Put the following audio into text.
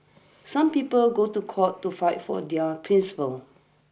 some people go to court to fight for their principles